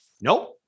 Nope